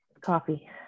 Coffee